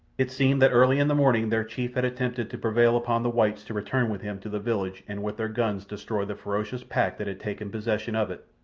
it seemed that early in the morning their chief had attempted to prevail upon the whites to return with him to the village and with their guns destroy the ferocious pack that had taken possession of it,